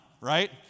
right